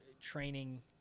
training